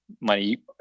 money